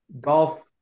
golf